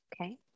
Okay